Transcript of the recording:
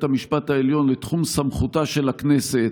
המשפט העליון לתחום סמכותה של הכנסת,